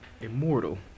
immortal